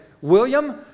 William